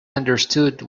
understood